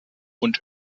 und